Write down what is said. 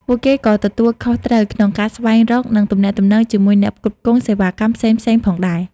ពួកគេក៏ទទួលខុសត្រូវក្នុងការស្វែងរក និងទំនាក់ទំនងជាមួយអ្នកផ្គត់ផ្គង់សេវាកម្មផ្សេងៗផងដែរ។